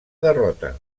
derrota